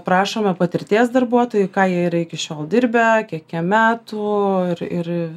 prašome patirties darbuotojų ką jie yra iki šiol dirbę kiek jiem metų ir ir